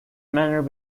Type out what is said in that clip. manner